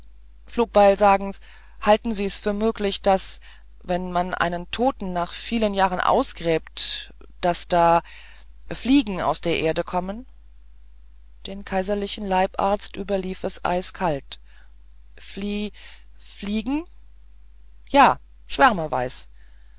flugbeil sagen s halten sie's für möglich daß wenn man einen toten nach vielen jahren ausgräbt daß da fliegen aus der erde kommen den kaiserlichen leibarzt überlief es eiskalt flie fliegen ja schwärmeweis